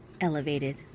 elevated